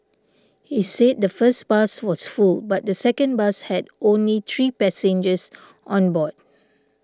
he said the first bus was full but the second bus had only three passengers on board